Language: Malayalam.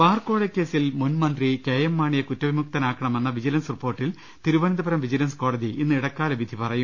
ബാർകോഴക്കേസിൽ മുൻമന്ത്രി കെഎം മാണിയെ കുറ്റവിമു ക്തനാക്കണമെന്ന വിജിലൻസ് റിപ്പോർട്ടിൽ തിരുവനന്തപുരം വിജി ലൻസ് കോടതി ഇന്ന് ഇടക്കാലവിധി പറയും